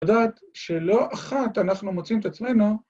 יודעת שלא אחת אנחנו מוצאים את עצמנו